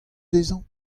dezhañ